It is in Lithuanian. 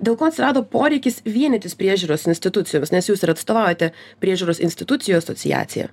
dėl ko atsirado poreikis vienytis priežiūros institucijoms nes jūs ir atstovaujate priežiūros institucijų asociaciją